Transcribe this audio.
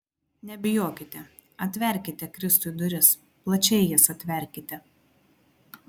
nebijokite atverkite kristui duris plačiai jas atverkite